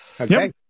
Okay